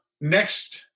Next